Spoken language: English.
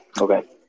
Okay